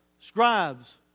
scribes